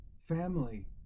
family